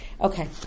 Okay